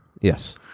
yes